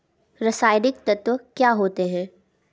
रसायनिक तत्व क्या होते हैं?